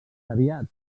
aviat